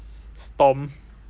storm